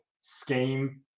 scheme